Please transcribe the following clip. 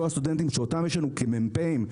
כל הסטודנטים שאותם יש לנו כמ"פים,